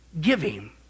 giving